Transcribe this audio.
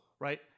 right